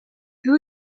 peut